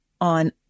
on